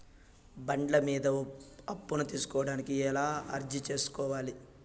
బండ్ల మీద అప్పును తీసుకోడానికి ఎలా అర్జీ సేసుకోవాలి?